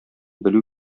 белү